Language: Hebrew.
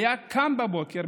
היה קם בבוקר,